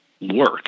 work